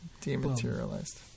Dematerialized